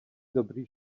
dobrý